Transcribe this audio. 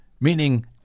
meaning